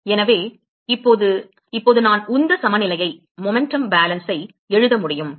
எனவே இப்போது இப்போது நான் உந்த சமநிலையை எழுத முடியும்